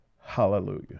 Hallelujah